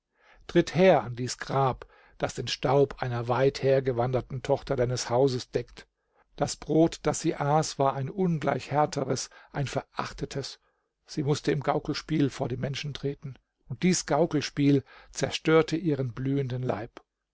tritt her an dies grab das den staub einer weither gewanderten tochter deines hauses deckt das brot das sie aß war ein ungleich härteres ein verachtetes sie mußte im gaukelspiel vor die menschen treten und dies gaukelspiel zerstörte ihren blühenden leib